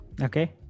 Okay